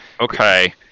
Okay